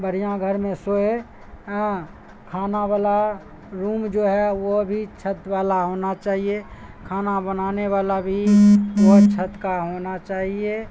برھیاں گھر میں سوئے آں کھانا ولا روم جو ہے وہ بھی چھت والا ہونا چائیے کھانا بنانے والا بھی وہ چھت کا ہونا چائیے